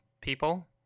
people